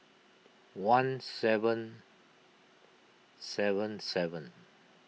one seven seven seven